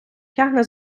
тягне